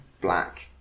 black